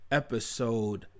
episode